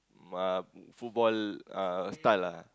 uh football uh style lah